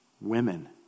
Women